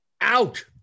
out